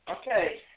Okay